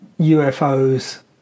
UFOs